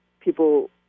people